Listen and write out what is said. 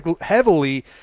heavily